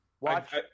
Watch